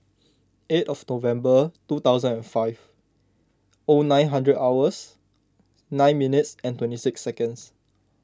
eight of November two thousand and five O nine hundred hours nine minutes and twenty six seconds